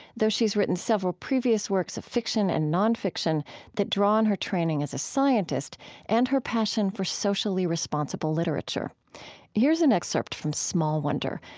she's written several previous works of fiction and nonfiction that draw on her training as a scientist and her passion for socially responsible literature here's an excerpt from small wonder,